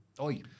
Oi